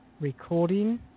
recording